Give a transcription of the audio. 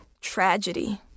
tragedy